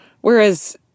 Whereas